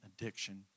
addiction